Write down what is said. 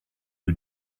you